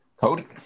Cody